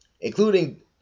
including